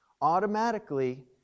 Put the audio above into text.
automatically